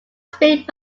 speak